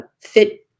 fit